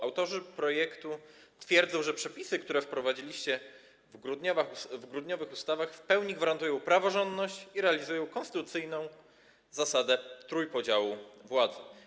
Autorzy projektu twierdzą, że przepisy, które wprowadziliście w grudniowych ustawach, w pełni gwarantują praworządność i realizują konstytucyjną zasadę trójpodziału władzy.